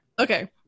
okay